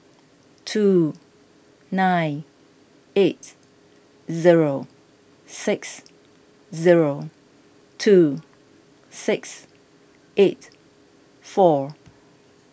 two nine eight zero six zero two six eight four